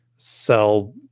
sell